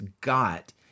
got